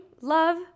love